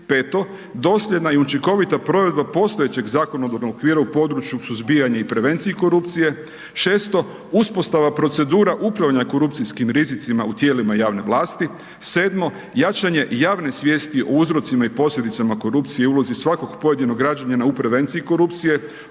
dosljedna i učinkovita provedba postojećega Zakonodavnog okvira u području suzbijanja i prevenciji korupcije, šesto uspostava procedura upravljanjem korupcijskim rizicima u tijelima javnih vlasti, sedmo, jačanje javne svijesti o uzrocima i posljedicama korupcije i ulozima svakog pojedinog građanina …/Govornik